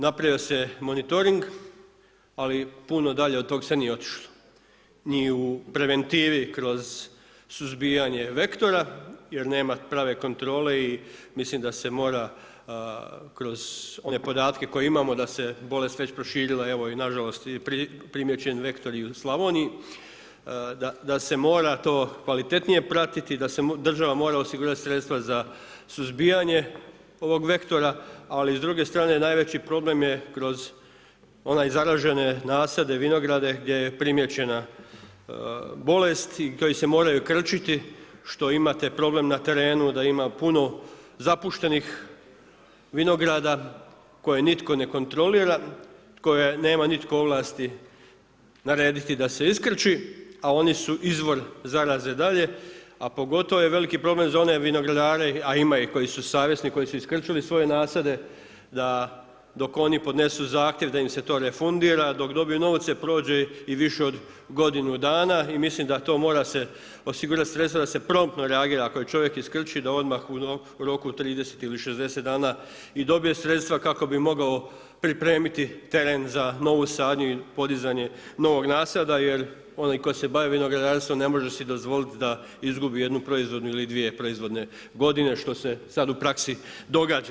Napravio se monitoring, ali puno dalje od toga se nije otišlo ni u preventivi kroz suzbijanje vektora jer nema prave kontrole i mislim da se mora kroz one podatke koje imamo da se bolest već proširila, evo i nažalost je primijećen vektor i u Slavoniji, da se mora to kvalitetnije pratiti, da se država mora osigurati sredstva za suzbijanje ovog vektora, ali s druge strane najveći problem je kroz onaj zaražene nasade, vinograde gdje je primijećena bolest koji se moraju krčiti što imate problem na terenu da ima puno zapuštenih vinograda koje nitko ne kontrolira, koje nema nitko ovlasti narediti da se iskrči, a oni su izvor zaraze dalje, a pogotovo je veliki problem za one vinogradare, a ima ih koji su savjesni, koji su iskrčili svoje nasade da dok oni podnesu zahtjev da im se to refundira, dok dobiju novce, prođe i više od godinu dana i mislim da to mora se osigurati sredstva da se promptno reagira, ako je čovjek iskrčio, da odmah u roku 30 ili 60 dana i dobije sredstva kako bi mogao pripremiti teren za novu sadnju i podizanje novog nasada jer onaj tko se bavi vinogradarstvom ne može si dozvoliti da izgubi jednu proizvodnu ili dvije proizvodne godine što se sad u praksi događa.